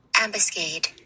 Ambuscade